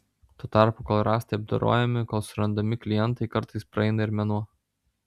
tuo tarpu kol rąstai apdorojami kol surandami klientai kartais praeina ir mėnuo